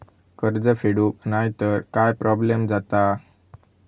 कर्ज फेडूक नाय तर काय प्रोब्लेम जाता?